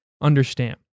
understand